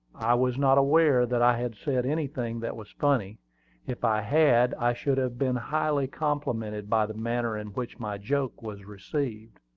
i was not aware that i had said anything that was funny if i had, i should have been highly complimented by the manner in which my joke was received.